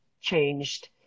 changed